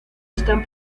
están